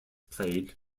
played